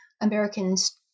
Americans